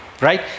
Right